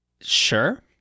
Sure